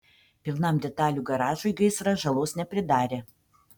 pilnam detalių garažui gaisras žalos nepridarė